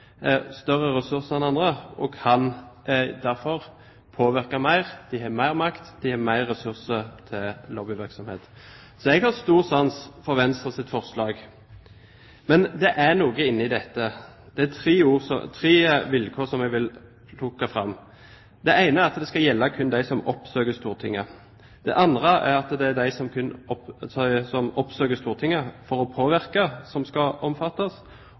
større ressurser enn andre og kan derfor påvirke mer. De har mer makt. De har mer ressurser til lobbyvirksomhet. Så jeg har stor sans for Venstres forslag. Men det er noe inne i dette. Det er tre vilkår jeg vil ta fram. Det ene er at det kun skal gjelde dem som oppsøker Stortinget. Det andre er at det kun er de som oppsøker Stortinget for å påvirke, som skal omfattes,